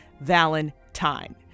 valentine